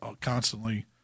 constantly